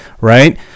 right